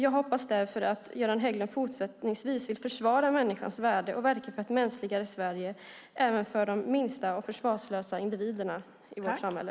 Jag hoppas därför att Göran Hägglund fortsättningsvis vill försvara människans värde och verka för ett mänskligare Sverige även för de minsta och försvarslösa individerna i vårt samhälle.